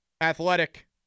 Athletic